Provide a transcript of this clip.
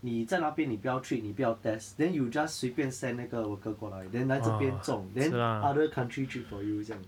你在那边你不要 treat 你不要 test then you just 随便 send 那个 worker 过来 then 来这边中 then other country treat for you 这样